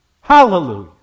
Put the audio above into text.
Hallelujah